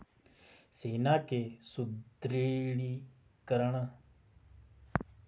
सेना के सुदृढ़ीकरण के लिए सैन्य बजट में अधिक खर्च किया जा रहा है